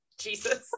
Jesus